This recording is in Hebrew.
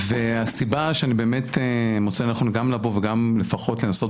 הסיבה שבגללה אני מוצא לנכון לבוא לפה ולנסות,